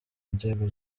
inzego